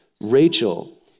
Rachel